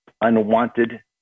unwanted